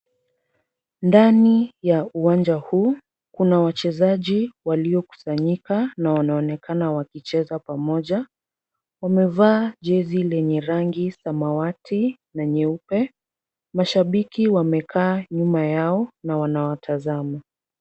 Ndani ya uwanja huu, kuna wachezaji waliokusanyika na wanaonekana wakicheza pamoja, wamevaa jezi zenye rangi ya samawati na nyeupe, mashabiki wamekaa nyuma yao na wanawatazama.